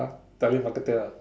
telemarketer ah